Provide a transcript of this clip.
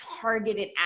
targeted